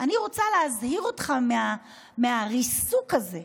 אני רוצה להזהיר אותך מהריסוק הזה.